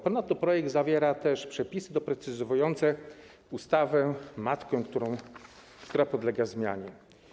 Ponadto projekt zawiera przepisy doprecyzowujące ustawę matkę, która podlega zmianie.